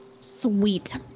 Sweet